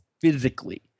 physically